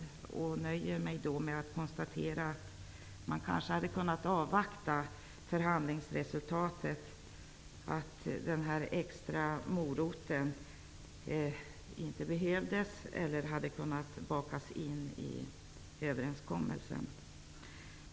Då nöjer jag mig med att konstatera att man kanske hade kunnat avvakta förhandlingsresultatet. Då hade man kunnat se att den extra moroten inte behövdes eller att den hade kunnat bakas in i överenskommelsen.